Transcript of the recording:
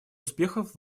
успехов